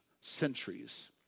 centuries